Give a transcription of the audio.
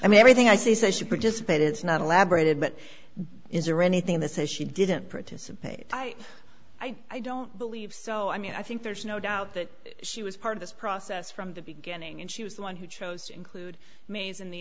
i mean everything i say says she participated it's not elaborated but is there anything that says she didn't participate i i don't believe so i mean i think there's no doubt that she was part of this process from the beginning and she was the one who chose to include mayes in the